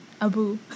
Abu